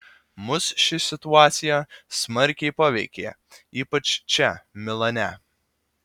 mus ši situacija smarkiai paveikė ypač čia milane